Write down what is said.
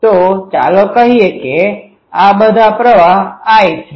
તો ચાલો કહીએ કે આ બધા પ્રવાહ I છે